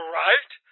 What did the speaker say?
right